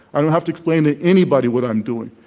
i don't have to explain to anybody what i'm doing.